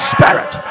Spirit